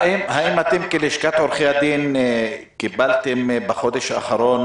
האם לשכת עורכי הדין קיבלה בחודש האחרון